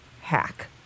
hack